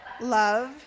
love